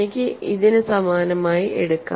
എനിക്ക് ഇതിന് സമാനമായി എടുക്കാം